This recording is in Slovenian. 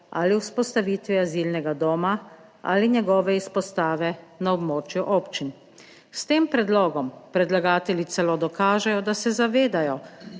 ali vzpostavitvijo azilnega doma ali njegove izpostave na območju občin. S tem predlogom predlagatelji celo dokažejo, da se zavedajo,